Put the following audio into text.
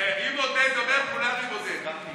אם עודד אומר, כולנו עם עודד.